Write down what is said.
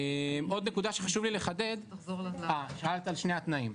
שאלת על שני התנאים.